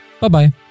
Bye-bye